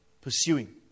pursuing